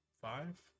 five